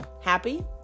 happy